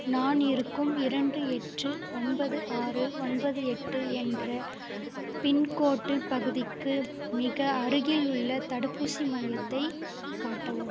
நான் இருக்கும் இரண்டு எட்டு ஒன்பது ஆறு ஒன்பது எட்டு என்ற பின்கோட்டு பகுதிக்கு மிக அருகிலுள்ள தடுப்பூசி மையத்தை காட்டவும்